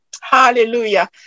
Hallelujah